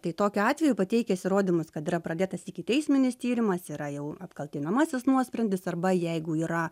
tai tokiu atveju pateikęs įrodymus kad yra pradėtas ikiteisminis tyrimas yra jau apkaltinamasis nuosprendis arba jeigu yra